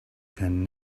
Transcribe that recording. can